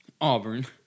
Auburn